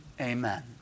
Amen